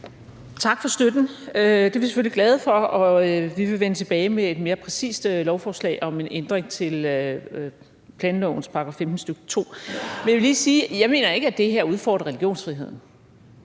Tak for støtten. Den er vi selvfølgelig glade for, og vi vil vende tilbage med et mere præcist forslag om en ændring af planlovens § 15, stk. 2. Men jeg vil lige sige, at jeg ikke mener, at det her udfordrer religionsfriheden.